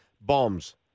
bombs